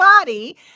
body